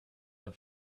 and